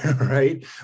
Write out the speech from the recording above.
right